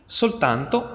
soltanto